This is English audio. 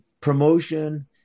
promotion